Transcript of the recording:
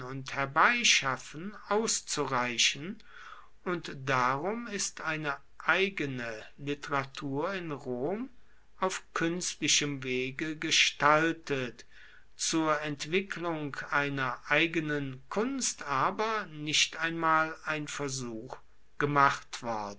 herbeischaffen auszureichen und darum ist eine eigene literatur in rom auf kuenstlichem wege gestaltet zur entwicklung einer eigenen kunst aber nicht einmal ein versuch gemacht worden